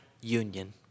union